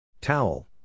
Towel